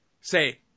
say